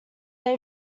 they